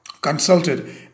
consulted